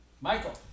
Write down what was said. Michael